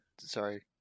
sorry